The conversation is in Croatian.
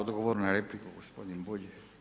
Odgovor na repliku gospodin Bulj.